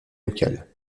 locale